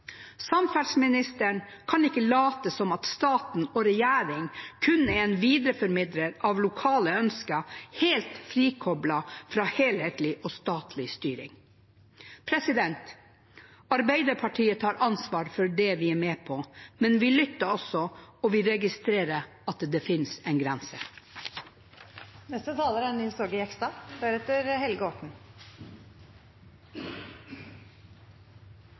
Samferdselsministeren kan ikke late som om stat og regjering kun er en videreformidler av lokale ønsker helt frikoblet fra helhetlig og statlig styring. Arbeiderpartiet tar ansvar for det vi er med på, men vi lytter også, og vi registrerer at det finnes en